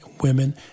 women